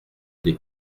des